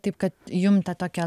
taip kad jum tą tokią